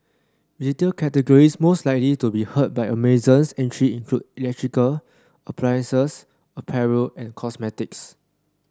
retail categories most likely to be hurt by Amazon's entry electrical appliances apparel and cosmetics